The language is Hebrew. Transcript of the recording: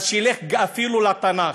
אז שילך אפילו לתנ"ך,